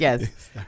Yes